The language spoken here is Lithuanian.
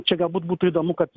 čia galbūt būtų įdomu kad